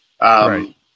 Right